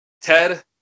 Ted